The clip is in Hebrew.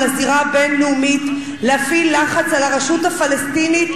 הזירה הבין-לאומית להפעיל לחץ על הרשות הפלסטינית,